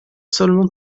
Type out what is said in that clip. seulement